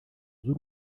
z’u